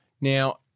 Now-